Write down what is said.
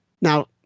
Now